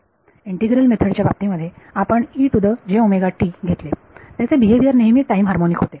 integral method च्या बाबतीमध्ये आपण e to the j omega t घेतले त्याचे बिहेवियर नेहमी टाईम हर्मोनिक होते